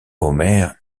homer